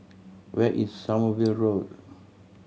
where is Sommerville Road